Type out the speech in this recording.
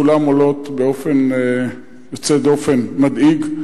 כולם עולים באופן יוצא דופן מדאיג,